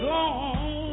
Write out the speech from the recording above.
Gone